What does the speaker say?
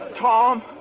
Tom